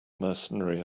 mercenary